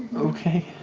okay.